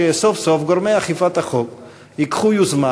שסוף-סוף גורמי אכיפת החוק ייקחו יוזמה